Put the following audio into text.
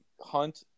Hunt